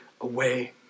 away